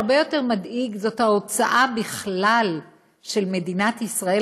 מה שהרבה יותר מדאיג זאת ההוצאה בכלל של מדינת ישראל,